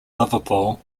liverpool